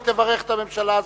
היא תברך את הממשלה הזאת,